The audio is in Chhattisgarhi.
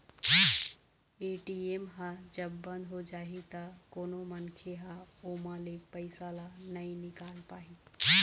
ए.टी.एम ह जब बंद हो जाही त कोनो मनखे ह ओमा ले पइसा ल नइ निकाल पाही